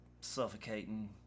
suffocating –